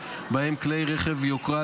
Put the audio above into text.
ובהם רכבי יוקרה,